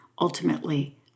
ultimately